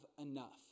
enough